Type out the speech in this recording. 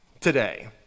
today